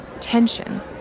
tension